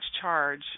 charge